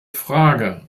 frage